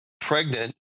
pregnant